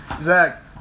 Zach